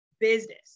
business